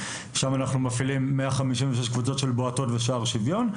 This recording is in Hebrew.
ואנחנו מפעילים עכשיו 153 קבוצות של "בועטות" ושער שוויון.